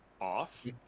Off